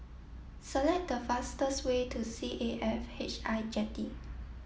select the fastest way to C A F H I Jetty